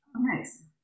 Nice